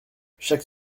chaque